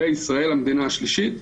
וישראל היא המדינה השלישית.